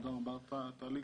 טלי,